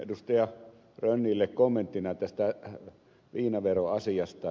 rönnille kommenttina tästä viinaveroasiasta